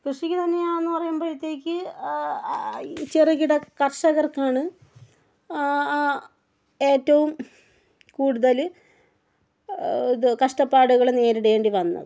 കൃഷിക്ക് തന്നെയാണ് എന്ന് പറയുമ്പോഴത്തേക്ക് ഈ ചെറുകിട കർഷകർക്കാണ് ഏറ്റവും കൂടുതൽ ഇത് കഷ്ടപ്പാടുകൾ നേരിടേണ്ടി വന്നത്